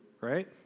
right